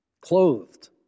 clothed